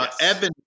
Evan